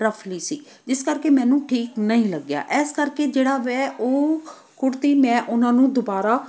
ਰਫਲੀ ਸੀ ਇਸ ਕਰਕੇ ਮੈਨੂੰ ਠੀਕ ਨਹੀਂ ਲੱਗਿਆ ਇਸ ਕਰਕੇ ਜਿਹੜਾ ਵੈ ਉਹ ਕੁੜਤੀ ਮੈਂ ਉਹਨਾਂ ਨੂੰ ਦੁਬਾਰਾ